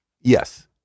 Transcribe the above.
yes